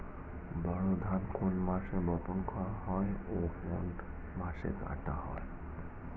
বোরো ধান কোন মাসে বপন করা হয় ও কোন মাসে কাটা হয়?